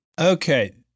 Okay